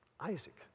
Isaac